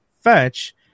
fetch